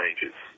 changes